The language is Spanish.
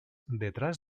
detrás